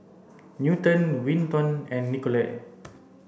Newton Winton and Nicolette